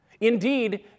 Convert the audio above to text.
Indeed